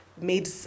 made